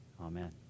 Amen